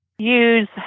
Use